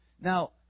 Now